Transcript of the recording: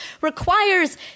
requires